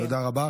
תודה רבה.